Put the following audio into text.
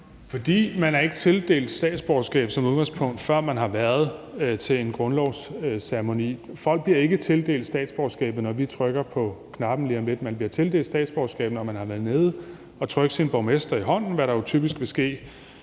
ikke er tildelt statsborgerskab, før man har været til en grundlovsceremoni. Folk bliver ikke tildelt statsborgerskab, når vi trykker på knappen lige om lidt. Man bliver tildelt statsborgerskab, når man har været nede at trykke sin borgmester i hånden, hvad der jo typisk vil ske